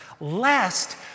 lest